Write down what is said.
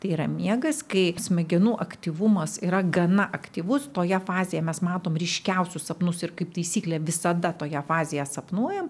tai yra miegas kai smegenų aktyvumas yra gana aktyvus toje fazėje mes matom ryškiausius sapnus ir kaip taisyklė visada toje fazėje sapnuojam